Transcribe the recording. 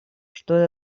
что